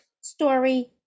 story